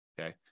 okay